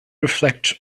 reflect